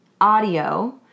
Audio